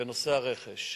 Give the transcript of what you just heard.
בנושא הרכש,